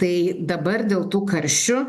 tai dabar dėl tų karščių